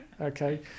Okay